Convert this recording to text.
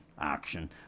action